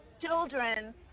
children